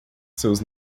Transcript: seus